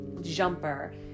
jumper